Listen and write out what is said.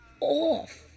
off